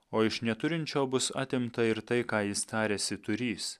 o iš neturinčio bus atimta ir tai ką jis tarėsi turys